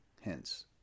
hence